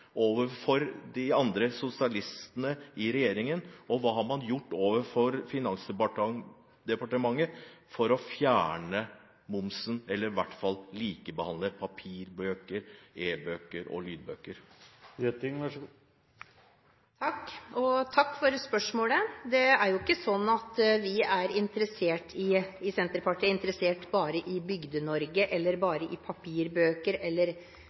overfor de andre sosialistene i regjeringen? Og hva har man gjort overfor Finansdepartementet for å fjerne momsen, eller i hvert fall likebehandle papirbøker, e-bøker og lydbøker? Takk for spørsmålet. Det er jo ikke sånn at vi i Senterpartiet er interessert bare i Bygde-Norge eller bare i papirbøker eller